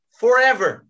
forever